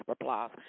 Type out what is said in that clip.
applause